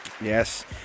Yes